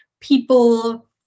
people